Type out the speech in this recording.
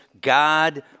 God